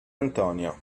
antonio